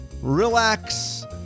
relax